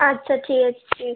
আচ্ছা ঠিক আছে